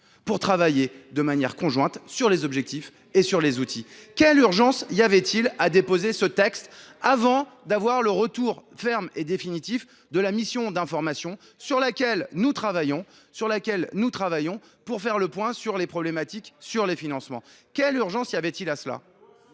pour travailler conjointement sur les objectifs et sur les outils ? Quelle urgence y avait il à déposer ce texte avant d’avoir le retour ferme et définitif de la mission d’information sur laquelle nous travaillons pour faire le point sur les problématiques de financement ? Et le groupe de suivi ? On y